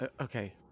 Okay